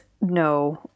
No